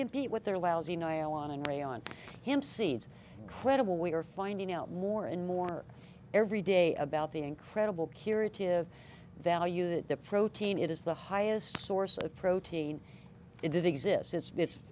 compete with their lousy nylon and grey on him seeds credible we are finding out more and more every day about the incredible curative value that the protein it is the highest source of protein it exists as it's